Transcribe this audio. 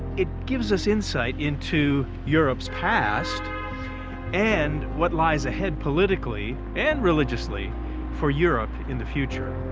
it gives us insight into europe's past and what lies ahead politically and religiously for europe in the future.